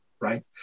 Right